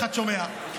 אחד שומע.